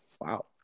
Wow